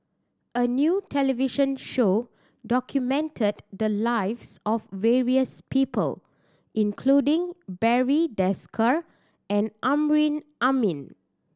a new television show documented the lives of various people including Barry Desker and Amrin Amin